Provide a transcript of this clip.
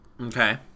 Okay